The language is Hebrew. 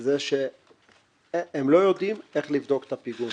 זה שהם לא יודעים איך לבדוק את הפיגום,